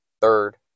Third